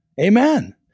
Amen